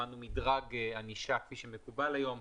קבענו מדרג ענישה כפי שמקובל היום,